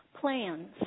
Plans